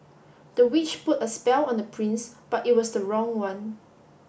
the witch put a spell on the prince but it was the wrong one